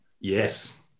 Yes